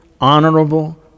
honorable